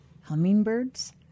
hummingbirds